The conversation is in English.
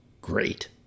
great